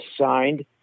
signed